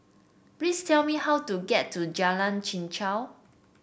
please tell me how to get to Jalan Chichau